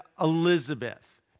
Elizabeth